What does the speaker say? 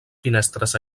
finestres